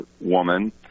woman